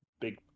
Big